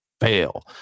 fail